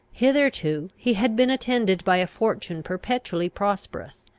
hitherto he had been attended by a fortune perpetually prosperous.